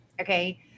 Okay